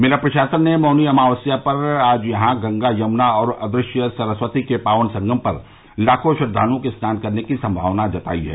मेला प्रशासन ने मौनी अमावस्या पर आज यहां गंगा यमुना और अदृश्य सरस्वती के पावन संगम पर लाखों श्रद्वालुओं के स्नान करने की सम्मावना जताई है